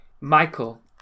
Michael